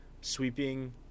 sweeping